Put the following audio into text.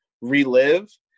relive